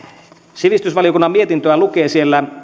sivistysvaliokunnan mietintöä lukee siellä